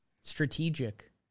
Strategic